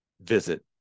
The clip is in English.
visit